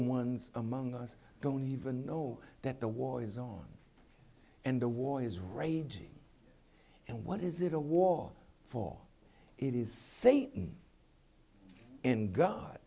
ones among us don't even know that the war zone and the war is raging and what is it a war for it is satan in god